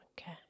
okay